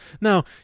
now